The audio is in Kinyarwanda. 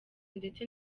ndetse